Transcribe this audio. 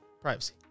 privacy